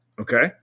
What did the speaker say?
Okay